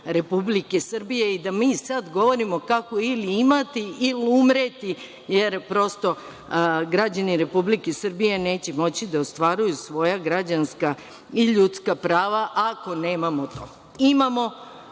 Republike Srbije i da mi sada govorimo kako ili imati ili umreti, jer prosto građani Republike Srbije neće moći da ostvaruju svoja građanska i ljudska prava ako nemamo to. Imamo,